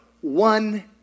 one